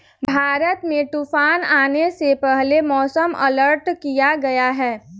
भारत में तूफान आने से पहले मौसम अलर्ट किया गया है